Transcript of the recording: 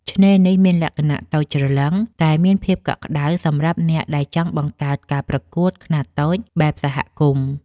ឆ្នេរនេះមានលក្ខណៈតូចច្រឡឹងតែមានភាពកក់ក្ដៅ សម្រាប់អ្នកដែលចង់បង្កើតការប្រកួតខ្នាតតូចបែបសហគមន៍។